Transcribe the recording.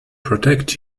protect